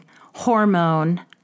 hormone